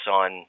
on